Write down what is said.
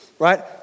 Right